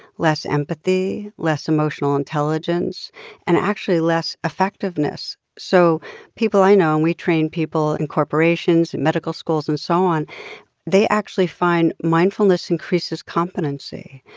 less empathy, less emotional intelligence and, actually, less effectiveness. so people i know and we train people in corporations, in medical schools and so on they actually find mindfulness increases competency.